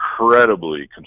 incredibly